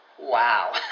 wow